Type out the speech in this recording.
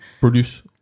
Produce